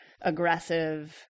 aggressive